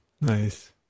Nice